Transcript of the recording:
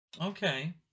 Okay